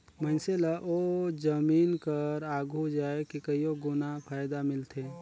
मइनसे ल ओ जमीन कर आघु जाए के कइयो गुना फएदा मिलथे